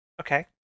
okay